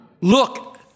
Look